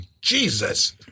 Jesus